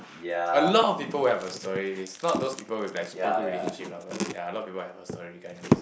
a lot of people will have a story list not those people with like super good relationship lah but ya a lot people have a story kinda list